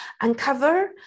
Uncover